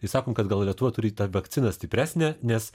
ir sakom kad gal lietuva turi tą vakciną stipresnę nes